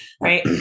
right